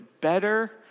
better